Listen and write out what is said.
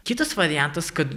kitas variantas kad